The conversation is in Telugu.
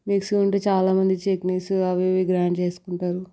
మిక్సీ ఉంటే చాలామంది చట్నీస్ అవి ఇవి గ్రైండ్ చేసుకుంటారు